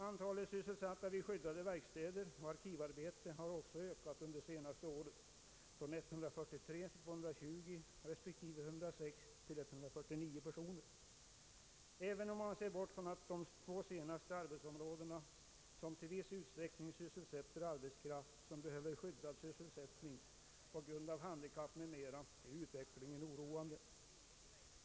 Antalet sysselsatta vid skyddade verkstäder och arkivarbete har också ökat under det senaste året, från 143 till 220 respektive 106 till 149 personer. Även om man ser bort från de två senare arbetsområdena, som till viss utsträckning sysselsätter arbetskraft som behöver skyddad sysselsättning på grund av handikapp m.m. är utvecklingen oroande.